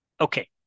Okay